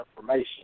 information